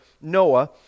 Noah